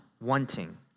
wanting